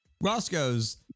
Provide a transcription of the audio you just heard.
Roscoe's